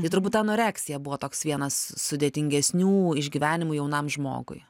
tai turbūt anoreksija buvo toks vienas sudėtingesnių išgyvenimų jaunam žmogui